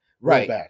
Right